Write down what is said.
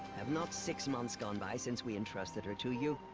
have not six months gone by since we entrusted her to you?